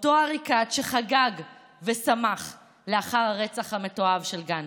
אותו עריקאת שחגג ושמח לאחר הרצח המתועב של גנדי.